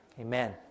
Amen